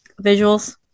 visuals